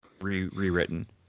rewritten